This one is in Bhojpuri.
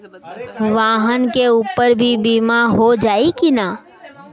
वाहन के ऊपर भी बीमा हो जाई की ना?